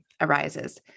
arises